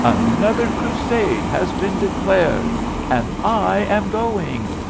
another crusade has been declared and i am going.